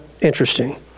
interesting